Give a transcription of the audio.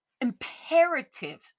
imperative